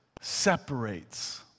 separates